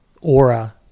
aura